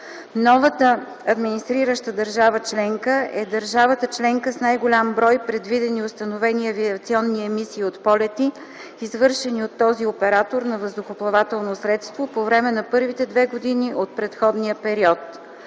Новата администрираща държава членка е държавата членка с най-голям брой предвидени установени авиационни емисии от полети, извършени от този оператор на въздухоплавателно средство по време на първите две години от предходния период.